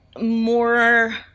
more